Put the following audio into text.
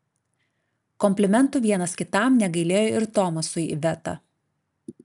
komplimentų vienas kitam negailėjo ir tomas su iveta